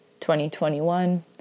2021